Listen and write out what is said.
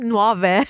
Nuove